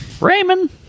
Raymond